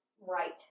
right